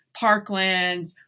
parklands